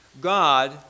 God